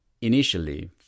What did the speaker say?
initially